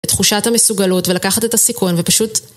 את תחושת המסוגלות ולקחת את הסיכון ופשוט